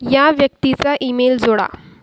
या व्यक्तीचा ईमेल जोडा